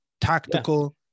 tactical